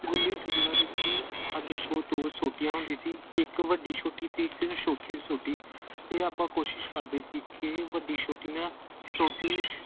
ਗੁੱਲੀ ਡੰਡਾ ਵਿੱਚ ਸਾਡੇ ਕੋਲ ਦੋ ਸੋਟੀਆਂ ਹੁੰਦੀਆਂ ਸੀ ਇੱਕ ਵੱਡੀ ਸੋਟੀ ਅਤੇ ਇੱਕ ਛੋਟੀ ਸੋਟੀ ਅਤੇ ਆਪਾਂ ਕੋਸ਼ਿਸ਼ ਕਰਦੇ ਸੀ ਕਿ ਵੱਡੀ ਸੋਟੀ ਨਾਲ ਸੋਟੀ